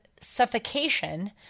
suffocation